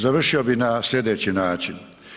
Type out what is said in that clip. Završio bih na sljedeći način.